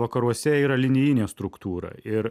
vakaruose yra linijinė struktūra ir